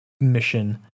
mission